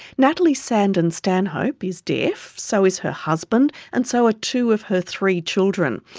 natalie sandon-stanhope is deaf so is her husband and so are two of her three children.